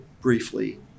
briefly